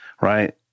right